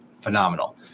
Phenomenal